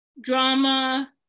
drama